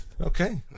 Okay